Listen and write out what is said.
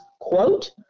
quote